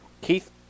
Keith